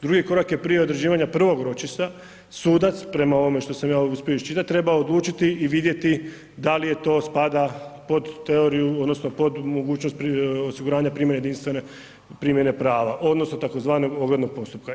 Drugi korak je prije određivanja prvog ročišta, sudac, prema ovome što sam ja uspio iščitati treba odlučiti i vidjeti da li je to, spada pod teoriju, odnosno pod mogućnost osiguranja ... jedinstvene primjene prava odnosno tzv. oglednog postupka.